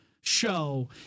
show